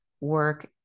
work